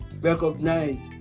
recognized